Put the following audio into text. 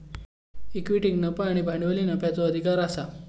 इक्विटीक नफा आणि भांडवली नफ्याचो अधिकार आसा